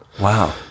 Wow